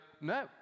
no